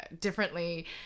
differently